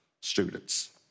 students